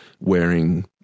wearing